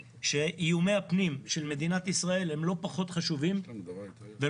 איומי הפנים של מדינת ישראל הם לא פחות חשובים ולא